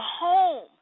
home